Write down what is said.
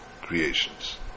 creations